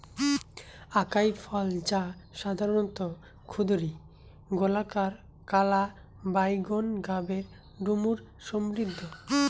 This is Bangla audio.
আকাই ফল, যা সাধারণত ক্ষুদিরী, গোলাকার, কালা বাইগোন গাবের ডুমুর সদৃশ